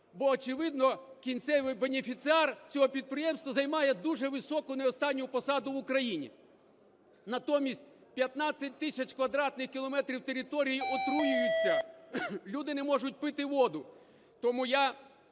бо, очевидно, кінцевий бенефіціар цього підприємства займає дуже високу, не останню, посаду в Україні. Натомість 15 тисяч квадратних кілометрів території отруюються, люди не можуть пити воду.